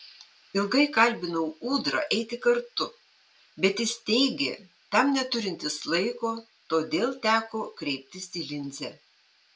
ilgai kalbinau ūdrą eiti kartu bet jis teigė tam neturintis laiko todėl teko kreiptis į linzę